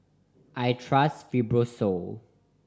I trust Fibrosol